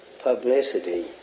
publicity